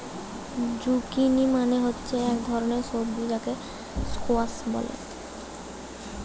zucchini মানে হচ্ছে এক ধরণের সবজি যাকে স্কোয়াস বলে